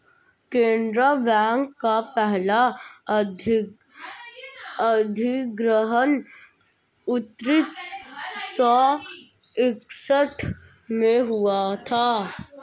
केनरा बैंक का पहला अधिग्रहण उन्नीस सौ इकसठ में हुआ था